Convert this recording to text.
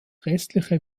restliche